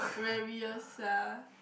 leviosa